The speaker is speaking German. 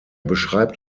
beschreibt